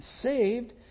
saved